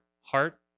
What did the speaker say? heart